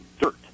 dirt